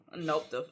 Nope